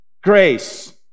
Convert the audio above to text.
grace